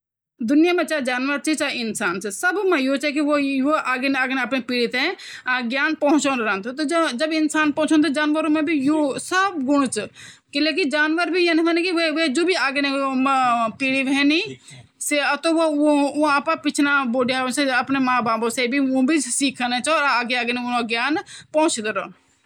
मिठाई म स्वाद बनाए राखन का खातिर, स्वास्थ्यवर्धक बनाणे का कुछ आसान तरीका छन: शुगर कम कन: सफेद चीनी की जगह, शहद, या गुड़ का इस्तेमल करि सकदा. यि मिठाई मीठी भी राखदा अर कैलोरी भी कम होई जान्दी। घी या तेल की जगह नारियल तेल या ओलिव ऑयल: थोड़ा-थोड़ा घी राखण पर, बाकी नारियल तेल अर ओलिव ऑयल लगाण। ये से फैट भी हल्का होई अर पौष्टिकता भी बनी रहदी।